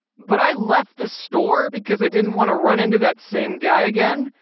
but i left the store because i didn't want to run into that same guy again.